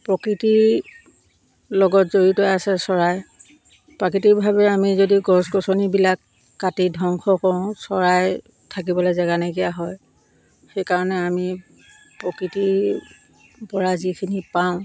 প্ৰকৃতি লগত জড়িত আছে চৰাই প্ৰাকৃতিকভাৱে আমি যদি গছ গছনিবিলাক কাটি ধ্বংস কৰোঁ চৰাই থাকিবলৈ জেগা নাইকিয়া হয় সেইকাৰণে আমি প্ৰকৃতি পৰা যিখিনি পাওঁ